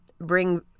bring